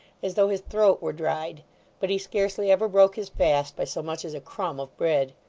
as though his throat were dried but he scarcely ever broke his fast, by so much as a crumb of bread.